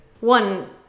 one